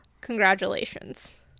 Congratulations